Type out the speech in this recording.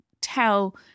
tell